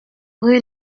rue